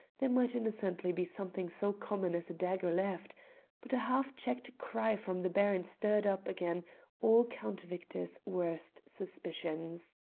there might innocently be something so common as a dagger left but a half-checked cry from the baron stirred up again all count victor's worst suspicions.